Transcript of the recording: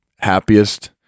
happiest